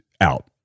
out